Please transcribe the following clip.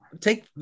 take